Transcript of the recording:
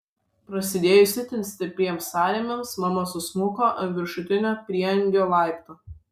prasidėjus itin stipriems sąrėmiams mama susmuko ant viršutinio prieangio laipto